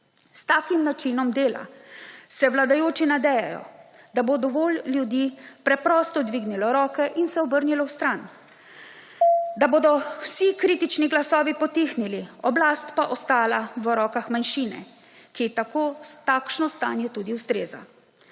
S takim načinom dela se vladajoči nadejajo, da bo dovolj ljudi preprosto dvignilo roke in se obrnilo v stran, da bodo vsi kritični glasovi potihnili oblast pa ostala v rokah manjšine, ki ji takšno stanje tudi ustreza.